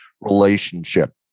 relationship